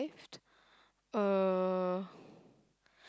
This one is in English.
uh